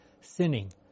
sinning